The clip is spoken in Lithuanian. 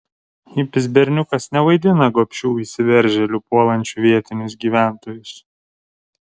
hipis berniukas nevaidina gobšių įsiveržėlių puolančių vietinius gyventojus